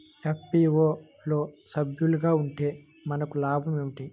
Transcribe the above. FPO లో సభ్యులుగా ఉంటే మనకు లాభం ఏమిటి?